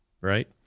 Right